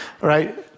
right